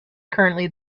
currently